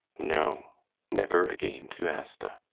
no never again to asta.